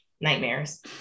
Nightmares